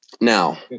Now